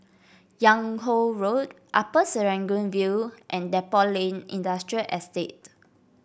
Yung Ho Road Upper Serangoon View and Depot Lane Industrial Estate